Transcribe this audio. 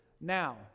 now